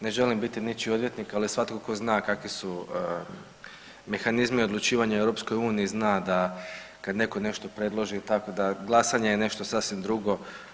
Ne želim biti ničiji odvjetnik, ali svatko tko zna kakvi su mehanizmi odlučivanja u EU zna da kad netko nešto predloži tako da glasanje je nešto sasvim drugo.